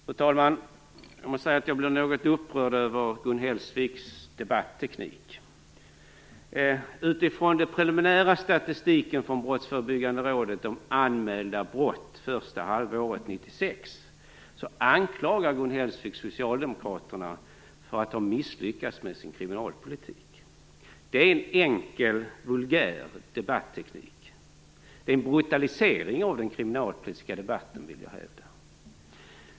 Fru talman! Jag måste säga att jag blir något upprörd över Gun Hellsviks debatteknik. Utifrån den preliminära statistiken från Brottsförebyggande rådet om anmälda brott första halvåret 1996 anklagar Gun Hellsvik Socialdemokraterna för att ha misslyckats med sin kriminalpolitik. Det är en enkel och vulgär debatteknik, och jag vill hävda att det är en brutalisering av den kriminalpolitiska debatten.